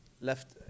left